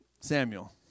Samuel